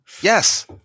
Yes